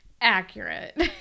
Accurate